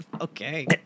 Okay